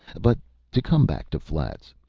but to come back to flats.